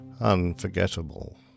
unforgettable